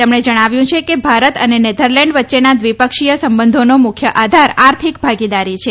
તેમણે જણાવ્યુ છે કે ભારત અને નેધરલેન્ડ વચ્ચેના દ્વિપક્ષીય સંબંધોને મુખ્ય આધાર આર્થિક ભાગીદારી છે